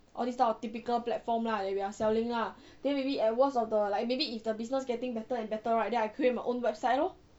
all this type of typical platform lah that we are selling lah then maybe at worst of the like maybe if the business getting better and better right then I create my own website lor